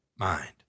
mind